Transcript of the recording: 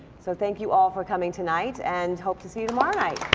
so thank you all for coming tonight and hope to see you like